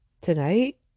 Tonight